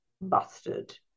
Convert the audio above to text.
busted